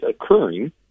occurring